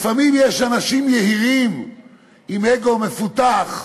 לפעמים יש אנשים יהירים עם אגו מפותח,